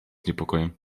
niepokojem